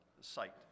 site